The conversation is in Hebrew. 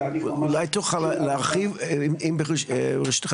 אולי תוכל להרחיב ברשותך,